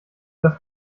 das